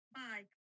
bye